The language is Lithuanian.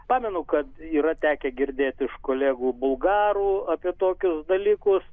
pamenu kad yra tekę girdėt iš kolegų bulgarų apie tokius dalykus